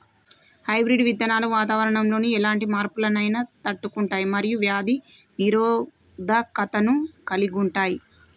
hybrid విత్తనాలు వాతావరణంలోని ఎలాంటి మార్పులనైనా తట్టుకుంటయ్ మరియు వ్యాధి నిరోధకతను కలిగుంటయ్